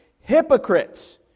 hypocrites